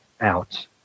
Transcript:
out